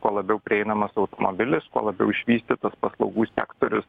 kuo labiau prieinamas automobilis kuo labiau išvystytas paslaugų sektorius